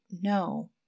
no